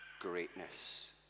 greatness